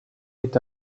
est